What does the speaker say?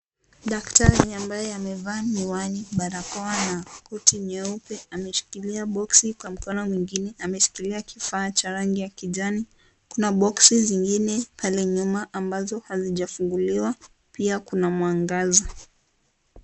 Daktari ambaye amevaa miwani, barakoa na koti nyeupe. Ameshikilia boksi kwa mkono mwingine, ameshikilia kifaa cha rangi ya kijani. Kuna boksi zingine kule nyuma ambazo hazijafunguliwa pia kuna mwangaza.